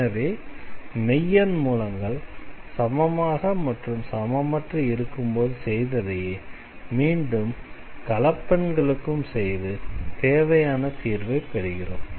எனவே மெய்யெண் மூலங்கள் சமமாக மற்றும் சமமற்று இருக்கும்போது செய்ததையே மீண்டும் கலப்பெண்களுக்கும் செய்து தேவையான தீர்வை பெறுகிறோம்